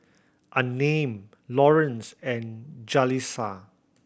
Unnamed Lawrence and Jaleesa